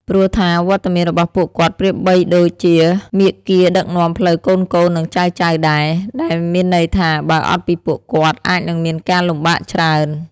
ព្រោះថា វត្តមានរបស់ពួកគាត់ប្រៀបបីបានដូចជាមាគ៌ាដឹកនាំផ្លូវកូនៗ និងចៅៗដែរ ដែលមានន័យថា បើអត់ពីពួកគាត់ អាចនឹងមានការលំបាកច្រើន។